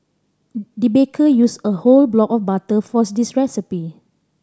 the baker used a whole block of butter for this recipe